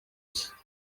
cye